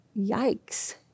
yikes